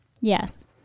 Yes